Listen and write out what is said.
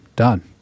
done